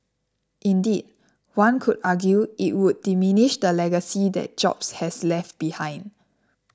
indeed one could argue it would diminish the legacy that Jobs has left behind